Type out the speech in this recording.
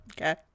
Okay